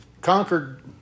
conquered